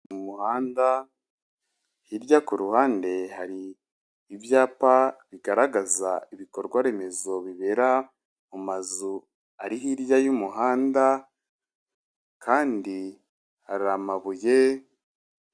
Mu muhanda, hirya kuruhande hari ibyapa bigaragaza ibikorwa remezo bibera mu mazu ari hirya y'umuhanda kandi hari amabuye.